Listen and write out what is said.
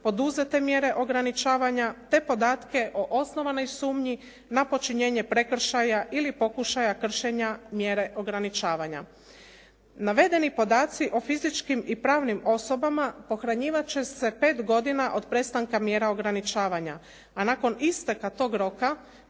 poduzete mjere ograničavanja te podatke o osnovanoj sumnji na počinjenje prekršaja ili pokušaja kršenja mjere ograničavanja. Navedeni podaci o fizičkim i pravnim osobama pohranjivat će se pet godina od prestanka mjera ograničavanja, a nakon isteka tog roka